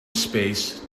space